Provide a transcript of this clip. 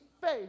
faith